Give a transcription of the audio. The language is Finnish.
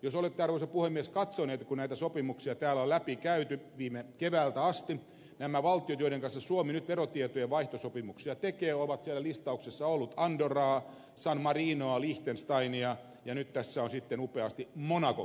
jos olette arvoisa puhemies katsonut kun näitä sopimuksia täällä on läpikäyty viime keväästä asti niin näissä valtioissa joiden kanssa suomi nyt verotietojenvaihtosopimuksia tekee on siellä listauksessa ollut andorraa san marinoa liechtensteinia ja nyt tässä on sitten upeasti monaco kyseessä